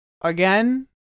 again